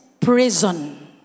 prison